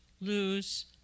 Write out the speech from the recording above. lose